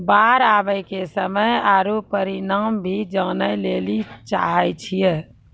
बाढ़ आवे के समय आरु परिमाण भी जाने लेली चाहेय छैय?